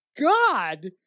God